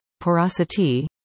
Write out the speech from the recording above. porosity